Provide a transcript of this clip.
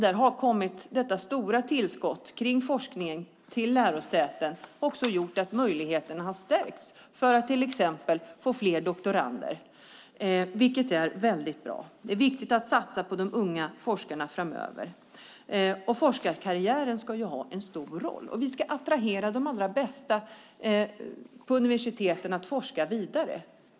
Där har detta stora tillskott till forskning och lärosäten också gjort att möjligheterna har stärkts för att till exempel få fler doktorander, vilket är väldigt bra. Det är viktigt att satsa på de unga forskarna framöver. Forskarkarriären ska ha en stor roll, och vi ska attrahera de allra bästa på universiteten att forska vidare.